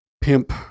pimp